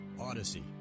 Odyssey